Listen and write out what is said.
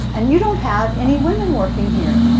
and you don't have any women working here.